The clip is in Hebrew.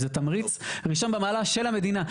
זה תמריץ ראשון במעלה של המדינה.